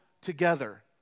together